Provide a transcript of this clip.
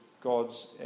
God's